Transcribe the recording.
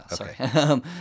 okay